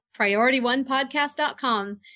PriorityOnePodcast.com